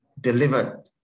delivered